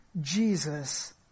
Jesus